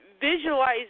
visualize